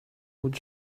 would